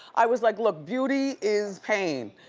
i was like look, beauty is pain.